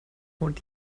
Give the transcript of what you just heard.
und